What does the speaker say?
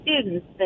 students